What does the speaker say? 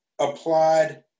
applied